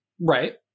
Right